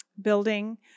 building